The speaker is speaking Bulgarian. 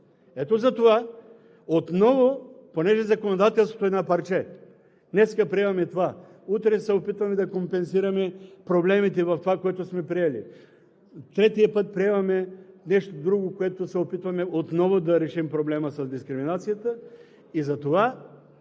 Ето затова отново, понеже законодателството е на парче – днес приемаме това, утре се опитваме да компенсираме проблемите в това, което сме приели, третия път приемаме нещо друго, което се опитваме отново да решим проблема с дискриминацията, затова